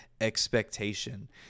expectation